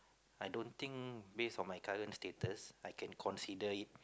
I don't think based on my current status I can consider it